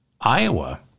Iowa